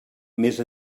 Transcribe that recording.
més